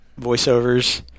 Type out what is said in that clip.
voiceovers